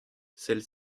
celles